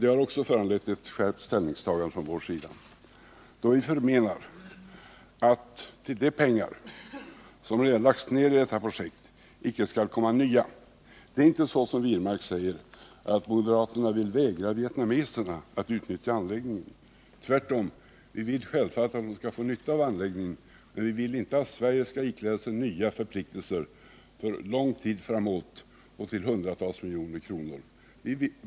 Det har också föranlett ett skärpt ställningstagande från vår sida, då vi förmenar att till de pengar som redan lagts ned i detta projekt icke skall komma nya. Det är inte så, som David Wirmark säger, att moderaterna vill vägra vietnameserna att utnyttja anläggningen. Tvärtom — vi vill självfallet att de skall få nytta av anläggningen, men vi vill inte att Sverige skall ikläda sig nya förpliktelser för lång tid framåt och till hundratals miljoner kronor.